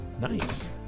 Nice